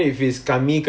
oh okay